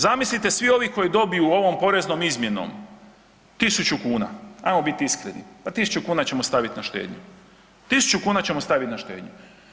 Zamislite, svi ovi koji dobiju ovom poreznom izmjenom 1000 kuna, ajmo biti iskreni, pa 1000 kuna ćemo staviti na štednju, 1000 kuna ćemo staviti na štednju.